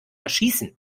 erschießen